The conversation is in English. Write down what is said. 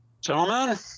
Gentlemen